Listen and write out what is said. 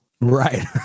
right